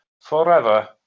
forever